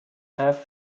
have